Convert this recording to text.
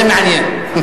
זה מעניין.